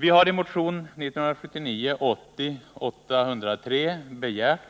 Vi har i motion 1979/80:803 begärt